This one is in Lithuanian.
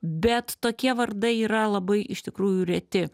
bet tokie vardai yra labai iš tikrųjų reti